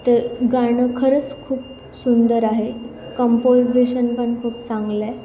ते गाणं खरंच खूप सुंदर आहे कम्पोजेशन पण खूप चांगलं आहे